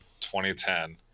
2010